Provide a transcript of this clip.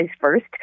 first